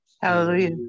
hallelujah